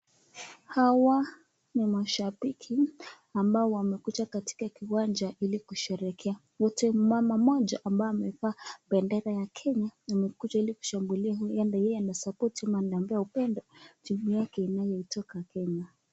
Hawa ni mashabiki ambao wamekuja katika kiwanja ili kusherekea, wote kuna mama mmoja ambaye amevaa bendera ya kenya, amekuja ili kushangilia huenda yeye anasapoti ama anapea upendo timu yake inayotoka kenya.